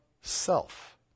self